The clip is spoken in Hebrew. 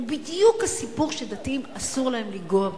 הוא בדיוק הסיפור שדתיים אסור להם לנגוע בו.